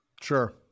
Sure